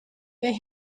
they